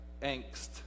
angst